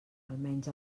almenys